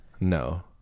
no